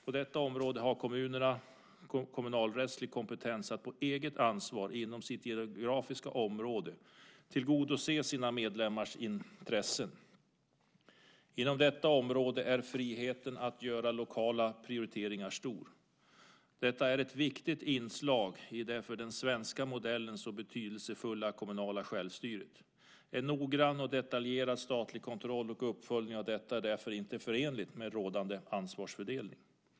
På detta område har kommunerna kommunalrättslig kompetens att på eget ansvar inom sitt geografiska område tillgodose sina medlemmars intressen. Inom detta område är friheten att göra lokala prioriteringar stor. Detta är ett viktigt inslag i det för den svenska modellen så betydelsefulla kommunala självstyret. En noggrann och detaljerad statlig kontroll och uppföljning av detta är därför inte förenlig med rådande ansvarsfördelning.